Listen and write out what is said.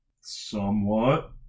Somewhat